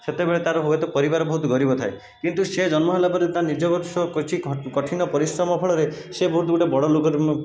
ସେତେବେଳେ ତାର ହୁଏ ତ ପରିବାର ବହୁତ ଗରିବ ଥାଏ କିନ୍ତୁ ସେ ଜନ୍ମ ହେଲାପରେ ତା' ନିଜ ବର୍ଷ କିଛି କଠିନ ପରିଶ୍ରମ ଫଳରେ ସେ ବହୁତ ଗୋଟିଏ ବଡ଼ ଲୋକରେ